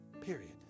period